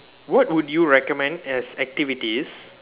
what would you recommend as activities